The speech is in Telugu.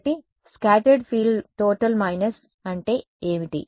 కాబట్టి స్కాటర్డ్ ఫీల్డ్ టోటల్ మైనస్ అంటే ఏమిటి